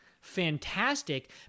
fantastic